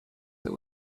that